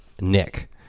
Nick